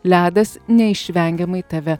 ledas neišvengiamai tave